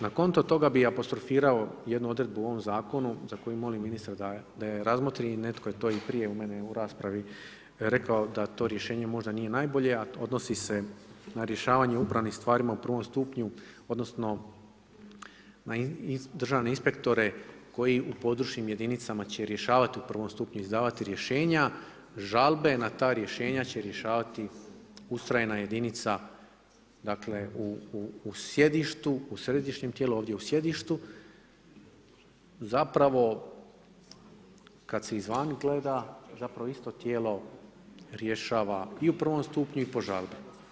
Na konto toga bi apostrofirao jednu odredbu u ovom Zakonu, za koji molim ministra da ju razmotri i netko je to i prije od mene u raspravi rekao da to rješenje možda nije najbolje a odnosi se na rješavanje u upravnim stvarima u prvom stupnju, odnosno državne inspektore, koji u područnim jedinicama će rješavati u prvom stupnju, izdavati rješenja, žalbe na ta rješenja, žalbe na ta rješenja će rješavati ustrojena jedinica u sjedištu, u središnjem tijelu, ovdje u sjedištu, zapravo, kad se izvana gleda, zapravo isto tijelo rješava i u prvom stupnju i po žalbi.